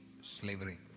Slavery